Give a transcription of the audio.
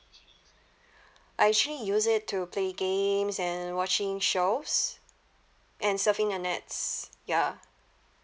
I actually use it to play games and watching shows and surfing the nets ya